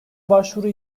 başvuru